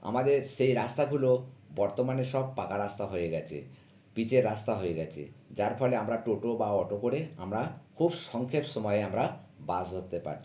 আমাদের সেই রাস্তাগুলো বর্তমানে সব পাকা রাস্তা হয়ে গেছে পিচের রাস্তা হয়ে গেছে যার ফলে আমরা টোটো বা অটো করে আমরা খুব সংক্ষেপ সময়ে আমরা বাস ধরতে পারছি